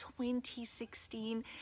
2016